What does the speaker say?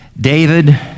David